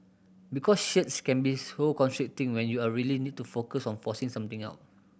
because shirts can be so constricting when you are really need to focus on forcing something out